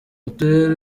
uturere